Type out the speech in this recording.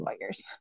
lawyers